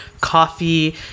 coffee